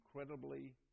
incredibly